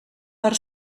per